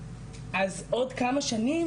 אז עוד כמה שנים,